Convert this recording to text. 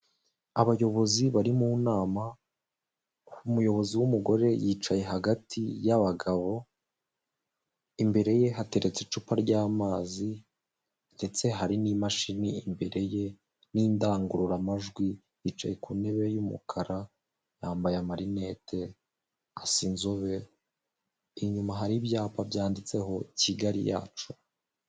Abayobozi bari mu nama, umuyobozi w'umugore yicaye hagati y'abagabo, imbere ye hateretse icupa ry'amazi, ndetse hari n'imashini imbere ye, n'indangururamajwi, yicaye ku ntebe y'umukara, yambaye amarinete, asa inzobe, inyuma hari ibyapa byanditseho Kigali yacu.